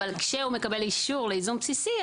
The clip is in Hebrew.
אבל כשהוא מקבל אישור לייזום בסיסי,